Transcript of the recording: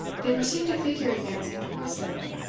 they perceived a figure advancing towards them,